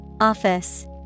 Office